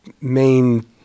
main